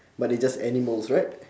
but they just animals right